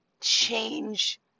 change